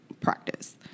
practice